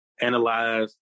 analyze